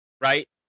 right